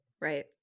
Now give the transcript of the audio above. Right